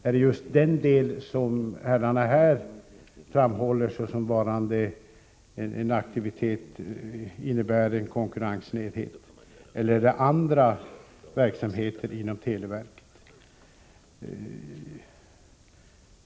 Är det just den del som herrarna här framhåller såsom en aktivitet innebärande konkurrenssnedvridning, eller är det andra verksamheter inom televerket?